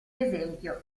esempio